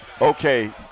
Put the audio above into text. Okay